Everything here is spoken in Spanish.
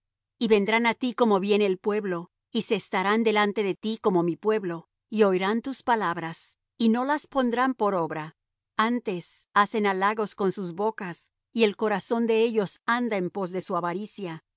y vendrán á ti como viene el pueblo y se estarán delante de ti como mi pueblo y oirán tus palabras y no las pondrán por obra antes hacen halagos con sus bocas y el corazón de ellos anda en pos de su avaricia